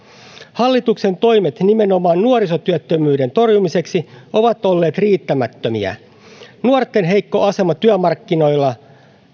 hallituksen toimet nimenomaan nuorisotyöttömyyden torjumiseksi ovat olleet riittämättömiä nuorten heikko asema työmarkkinoilla